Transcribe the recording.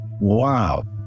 wow